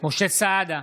משה סעדה,